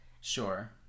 Sure